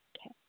Okay